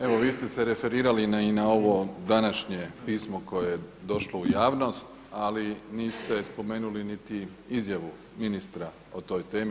Evo vi ste se referirali i na ovo današnje pismo koje je došlo u javnost, ali niste spomenuli niti izjavu ministra o toj temi.